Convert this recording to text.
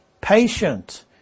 patient